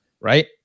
right